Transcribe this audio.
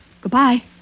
Goodbye